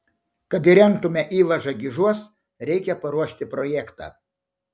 kad įrengtume įvažą gižuos reikia paruošti projektą